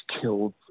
killed